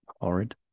horrid